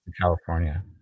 California